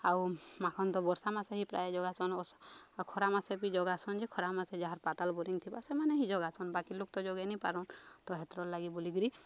ଆଉ ମାନ ତ ବର୍ଷା ମାସେ ହି ପ୍ରାୟ ଯୋଗାସନ୍ ଖରା ମାସେ ବି ଯୋଗାସନ୍ ଯେ ଖରା ମାସେ ଯାହାର ପାତଲ ବୋରିଂ ଥିବା ସେମାନେ ହିଁ ଯୋଗାସନ୍ ବାକି ଲୋକ ତ ଯୋଗେଇନି ପାରନ୍ ତ ହେତର୍ଲାଗି ବୋଲିକିରି